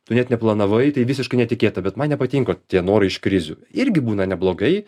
tu net neplanavai tai visiškai netikėta bet man nepatinka tie norai iš krizių irgi būna neblogai